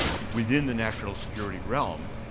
within the national security realm,